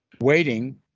waiting